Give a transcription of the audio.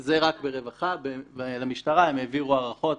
זה רק ברווחה, ולמשטרה הם העבירו הערכות